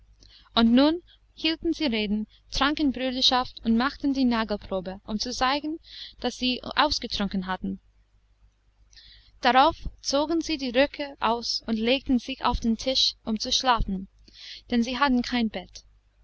und nun hielten sie reden tranken brüderschaft und machten die nagelprobe um zu zeigen daß sie ausgetrunken hatten darauf zogen sie die röcke aus und legten sich auf den tisch um zu schlafen denn sie hatten kein bett